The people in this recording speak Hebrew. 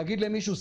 להגיד למישהו,